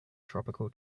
tropical